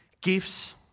gifts